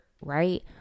right